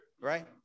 right